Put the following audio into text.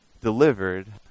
delivered